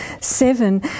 seven